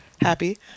happy